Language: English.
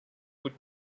would